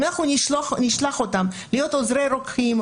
אם אנחנו נשלח אותם להיות עוזרי רוקחים,